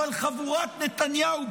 אבל חבורת נתניהו,